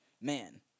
man